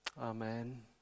Amen